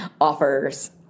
offers